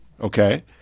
Okay